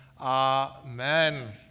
Amen